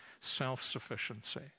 self-sufficiency